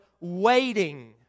waiting